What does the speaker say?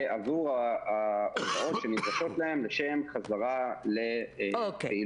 ועבור ההוצאות שנדרשות להם לשם חזרה לפעילות.